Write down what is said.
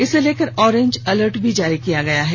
इसे लेकर orange alert भी जारी किया गया है